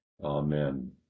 Amen